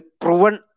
proven